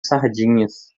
sardinhas